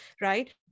right